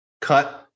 cut